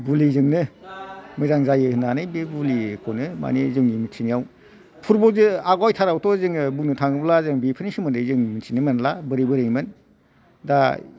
बुलिजोंनो मोजां जायो होन्नानै बे बुलिखौनो मानि जोंनि मिथिनायाव फुरब जो आगय थारावथ' जों बेफोरनि सोमोन्दै जों मिथिनो मोनला बोरै बोरैमोन दा